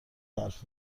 حرف